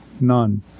none